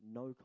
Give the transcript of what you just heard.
no